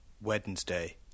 Wednesday